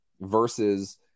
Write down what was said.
versus